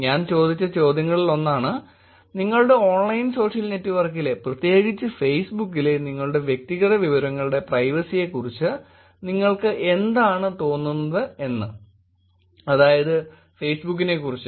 ഞാൻ ചോദിച്ച ചോദ്യങ്ങളിലൊന്നാണ് നിങ്ങളുടെ ഓൺലൈൻ സോഷ്യൽ നെറ്റ്വർക്കിലെ പ്രത്യേകിച്ച് ഫേസ്ബുക്കിലെ നിങ്ങളുടെ വ്യക്തിഗത വിവരങ്ങളുടെ പ്രൈവസിയെക്കുറിച്ച് നിങ്ങൾക്ക് എന്താണ് തോന്നുന്നത് എന്ന് അതായത് ഫേസ്ബുക്കിനെക്കുറിച്ച്